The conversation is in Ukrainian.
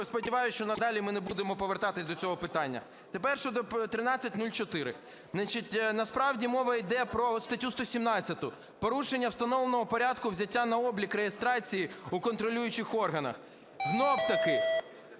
І сподіваюсь, що надалі ми не будемо повертатися до цього питання. Тепер щодо 1304. Насправді мова іде про статтю 117 "Порушення встановленого порядку взяття на облік (реєстрації) у контролюючих органах". Знову таки,